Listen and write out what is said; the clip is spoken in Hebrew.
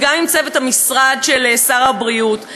וגם עם צוות המשרד של שר הבריאות.